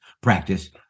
practice